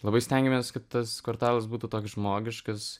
labai stengėmės kad tas kvartalas būtų toks žmogiškas